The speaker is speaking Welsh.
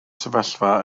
sefyllfa